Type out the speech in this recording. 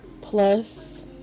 plus